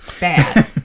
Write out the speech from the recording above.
bad